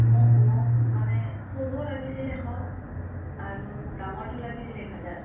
মোক মোক মানে সৰু লাগিছিল এশ আৰু ডাঙৰটো লাগিছিল এক হাজাৰ